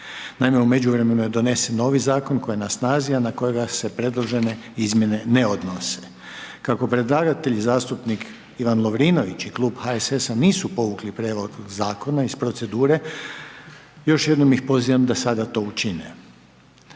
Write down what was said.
Naime, u međuvremenu je donesen novi zakon koji je na snazi, a na kojega se predložene izmjene ne odnose. Kako predlagatelj zastupnik Ivan Lovrinović i Klub HSS-a nisu provukli prijedlog zakona iz procedure, još jednom ih pozivam da sada to učine.